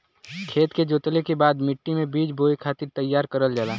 खेत के जोतले के बाद मट्टी मे बीज बोए खातिर तईयार करल जाला